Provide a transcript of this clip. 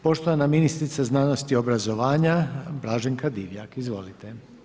Poštovana ministrica znanosti i obrazovanja, Blaženka Divjak, izvolite.